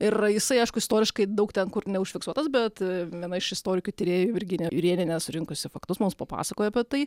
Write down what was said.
ir jisai aišku istoriškai daug ten kur neužfiksuotas bet viena iš istorikų tyrėjų virginija jurėnienė surinkusi faktus mums papasakojo apie tai